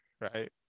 right